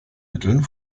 mitteln